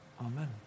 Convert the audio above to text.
Amen